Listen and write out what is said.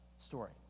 story